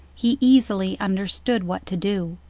he easily understood what to do.